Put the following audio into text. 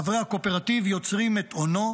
חברי הקואופרטיב יוצרים את הונו,